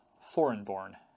foreign-born